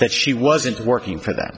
that she wasn't working for them